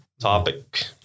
topic